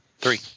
Three